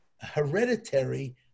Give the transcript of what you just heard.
hereditary